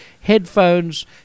headphones